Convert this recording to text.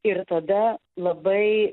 ir tada labai